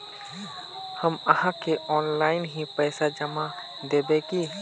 हम आहाँ के ऑनलाइन ही पैसा जमा देब की?